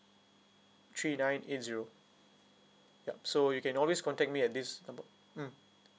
three nine eight zero yup so you can always contact me at this number mm